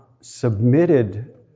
submitted